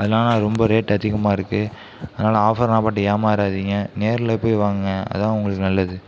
அதனால அது ரொம்ப ரேட்டு அதிகமாக இருக்குது அதனால ஆஃபர்லாம் பார்த்து ஏமாறாதிங்க நேரில் போய் வாங்குங்க அதுதான் உங்களுக்கு நல்லது